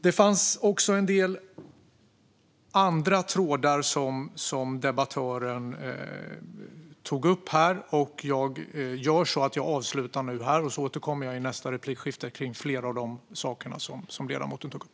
Det fanns också en del andra trådar som debattören tog upp här. Jag gör så att jag avslutar anförandet här, och sedan återkommer jag i nästa anförande om flera av de saker som ledamoten tog upp.